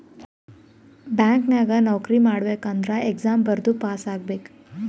bank ನಾಗ್ ನೌಕರಿ ಮಾಡ್ಬೇಕ ಅಂದುರ್ ಎಕ್ಸಾಮ್ ಬರ್ದು ಪಾಸ್ ಆಗ್ಬೇಕ್